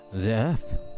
death